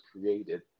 created